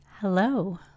Hello